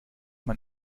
man